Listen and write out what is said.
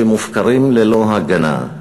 שמופקרים ללא הגנה.